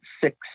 six